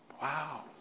Wow